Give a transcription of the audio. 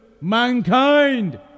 Mankind